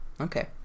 Okay